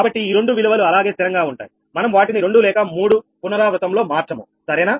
కాబట్టి ఈ రెండు విలువలు అలాగే స్థిరంగా ఉంటాయి మనం వాటిని రెండు లేక మూడు పునరావృతం లో మార్చము సరేనా